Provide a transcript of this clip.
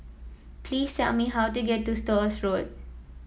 please tell me how to get to Stores Road